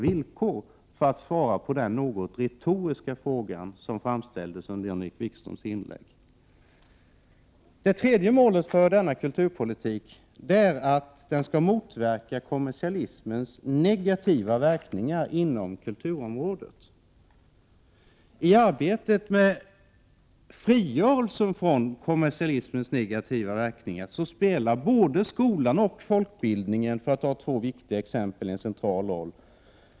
Detta är ett svar på den något retoriska fråga som Jan-Erik Wikström ställde i sitt inlägg. Det tredje målet för kulturpolitiken är att denna skall motverka kommersialismens negativa verkningar inom kulturområdet. I arbetet med frigörelsen från kommersialismens negativa verkningar spelar både skolan och folkbildningen — för att ta två viktiga exempel — en central roll.